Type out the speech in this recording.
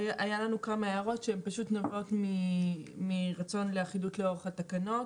היו לנו הערות שנובעות מרצון לאחידות לאורך התקנות.